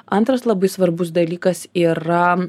antras labai svarbus dalykas yra